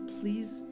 please